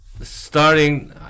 starting